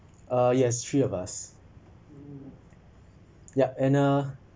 uh yes three of us yup and uh